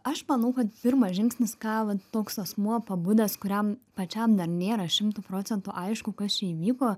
aš manau kad pirmas žingsnis ką va toks asmuo pabudęs kuriam pačiam dar nėra šimtu procentų aišku kas čia įvyko